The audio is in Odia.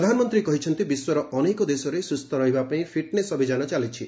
ପ୍ରଧାନମନ୍ତ୍ରୀ କହିଛନ୍ତି ବିଶ୍ୱର ଅନେକ ଦେଶରେ ସୁସ୍ଥ ରହିବା ପାଇଁ ଫିଟ୍ନେସ୍ ଅଭିଯାନ ଚାଲିଛି